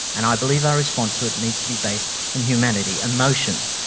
and i believe our response to it needs to be based in humanity, emotion,